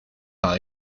par